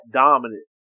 dominant